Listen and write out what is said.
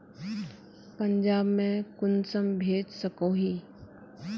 पंजाब में कुंसम भेज सकोही?